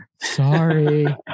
Sorry